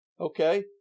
Okay